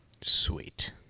Sweet